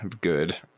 good